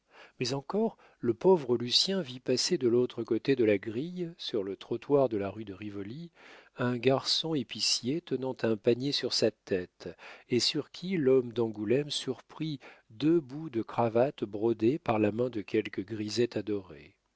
mais encore le pauvre lucien vit passer de l'autre côté de la grille sur le trottoir de la rue de rivoli un garçon épicier tenant un panier sur sa tête et sur qui l'homme d'angoulême surprit deux bouts de cravate brodés par la main de quelque grisette adorée